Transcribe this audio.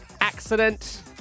Accident